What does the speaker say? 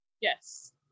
yes